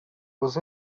was